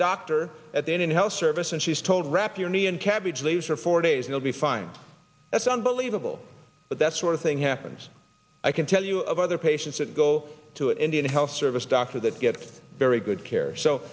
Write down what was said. doctor at the end health service and she's told wrap your knee and cabbage leaves for four days you'll be fine that's unbelievable but that's sort of thing happens i can tell you of other patients that go to indian health service doctor that get very good care so